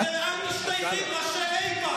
רק לגדף, לקלל, לחרף.